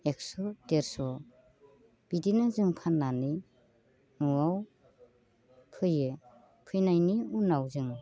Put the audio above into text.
एकस' देरस' बिदिनो जों फाननानै न'आव फैयो फैनायनि उनाव जों